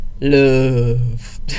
Love